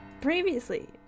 Previously